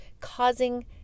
causing